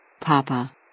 Papa